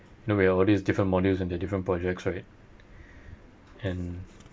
you know we have all these different modules and the different projects right and